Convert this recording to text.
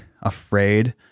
afraid